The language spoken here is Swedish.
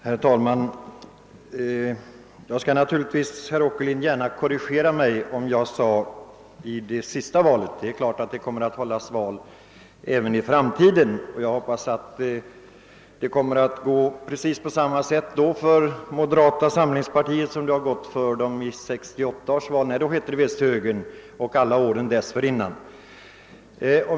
Herr talman! Jag skall naturligtvis gärna korrigera mig om jag sade »det sista valet«. Det är klart att det kom mer att hållas val även i framtiden. Jag hoppas att det då kommer att gå på precis samma sätt för moderata samlingspartiet som det gick i 1968 års val — den gången hette det visst högerpartiet — och alla åren dessförinnan.